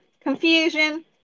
confusion